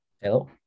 Hello